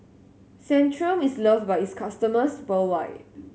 centrum is loved by its customers worldwide